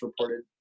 reported